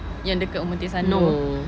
yang dekat omotesando